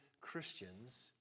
Christians